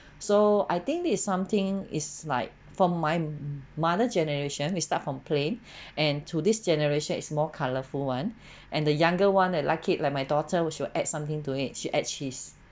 so I think this is something is like from my mother generation we start from plain and to this generation is more colorful [one] and the younger one they like it like my daughter we should add something to it she add cheese